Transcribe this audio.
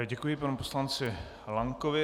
Děkuji panu poslanci Lankovi.